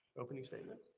opening statement.